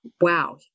wow